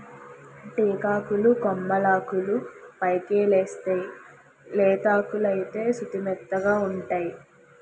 టేకాకులు కొమ్మలాకులు పైకెలేస్తేయ్ లేతాకులైతే సుతిమెత్తగావుంటై